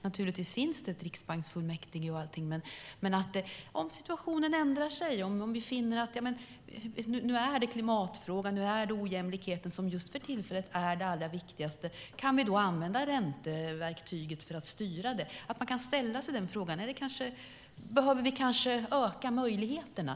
Naturligtvis finns det ett riksbanksfullmäktige, men om situationen ändrar sig och vi finner att klimatfrågan eller ojämlikheten för tillfället är det allra viktigaste, kan vi då använda ränteverktyget för att styra? Man skulle kunna ställa sig den frågan. Behöver vi kanske öka möjligheterna?